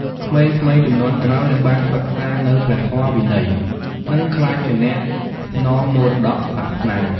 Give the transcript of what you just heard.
ក្មេងៗជំនាន់ក្រោយនឹងបានសិក្សានូវព្រះធម៌វិន័យ និងក្លាយជាអ្នកស្នងមរតកសាសនា។